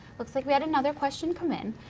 looks like we had another question come in.